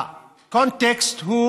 הקונטקסט הוא